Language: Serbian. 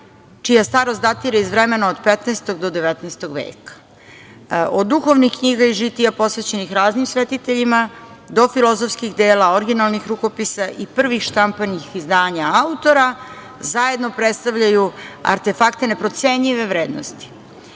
čija starost datira iz vremena od 15. do 19. veka. Od duhovnih knjiga i žitija posvećenih raznim svetiteljima, do filozofskih dela, originalnih rukopisa i prvih štampanih izdanja autora, zajedno predstavljaju artefakte neprocenjive vrednosti. Čini